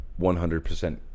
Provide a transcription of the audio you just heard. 100